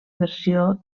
versió